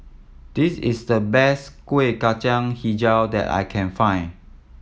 this is the best Kueh Kacang Hijau that I can find